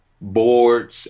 Boards